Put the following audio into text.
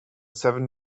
seven